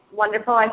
wonderful